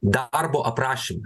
darbo aprašyme